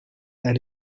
and